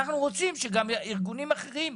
אנחנו רוצים שגם ארגונים אחרים,